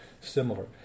similar